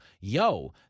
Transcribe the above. Yo